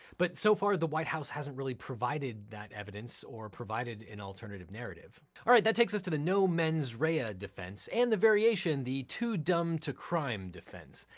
but so far, the white house hasn't really provided that evidence or provided an alternative narrative. all right, that takes us to the no mens rea ah defense and the variation, the too dumb to crime defense.